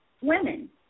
women